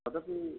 तदपि